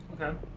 Okay